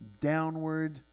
downward